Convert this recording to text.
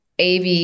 AV